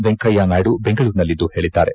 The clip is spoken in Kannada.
ವೆಂಕಯ್ಯ ನಾಯ್ಡು ಬೆಂಗಳೂರಿನಲ್ಲಿಂದು ಹೇಳಿದ್ದಾರೆ